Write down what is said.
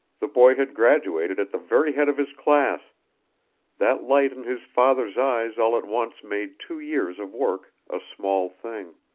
the boy had graduated at the very head of his class that light in his father's eyes all at once made two years of work a small thing.